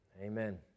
Amen